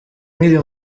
nkiri